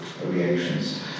reactions